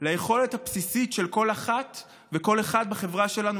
ליכולת הבסיסית של כל אחד וכל אחת בחברה שלנו